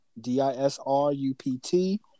D-I-S-R-U-P-T